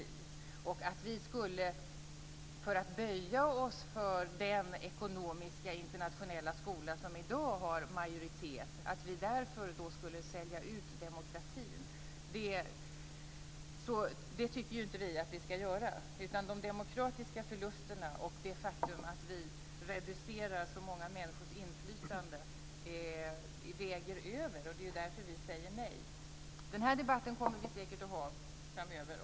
Vi tycker inte att vi för att böja oss för den ekonomiska internationella skola som i dag har majoritet ska sälja ut demokratin. De demokratiska förlusterna och det faktum att vi reducerar så många människors inflytande väger över, och det är därför vi säger nej. Denna debatt kommer vi säkert att föra framöver.